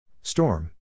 Storm